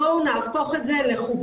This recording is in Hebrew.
'בואו נהפוך את זה לחוקי'.